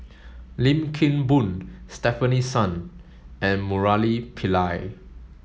Lim Kim Boon Stefanie Sun and Murali Pillai